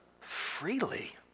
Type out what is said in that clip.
freely